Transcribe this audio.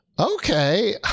okay